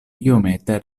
iomete